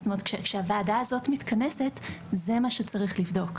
כשהוועדה הזאת מתכנסת זה מה שצריך לבדוק.